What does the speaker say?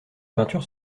peintures